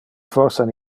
forsan